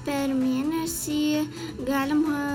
per mėnesį galima